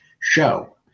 show